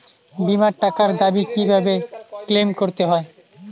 বিমার টাকার দাবি কিভাবে ক্লেইম করতে হয়?